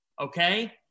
okay